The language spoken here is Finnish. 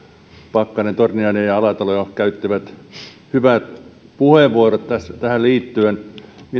pakkanen torniainen ja alatalo jo käyttivät hyvät puheevuorot tähän liittyen